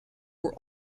were